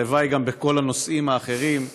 הלוואי שגם בכל הנושאים האחרים,